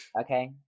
Okay